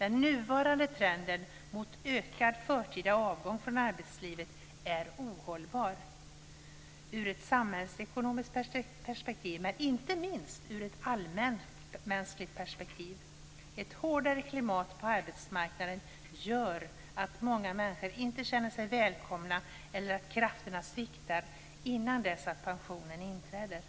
Den nuvarande trenden mot en ökad förtida avgång från arbetslivet är ohållbar i ett samhällsekonomiskt perspektiv och inte minst i ett allmänmänskligt perspektiv. Ett hårdare klimat på arbetsmarknaden gör att många människor inte känner sig välkomna eller att krafterna sviktar innan pensionen inträder.